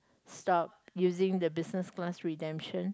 stop using the business class redemption